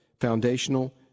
foundational